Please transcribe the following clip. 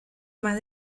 más